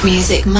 Music